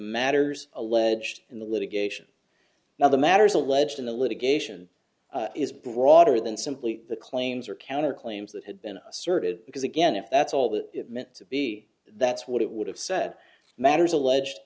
matters alleged in the litigation now the matters alleged in the litigation is broader than simply the claims or counter claims that had been asserted because again if that's all that meant to be that's what it would have said matters alleged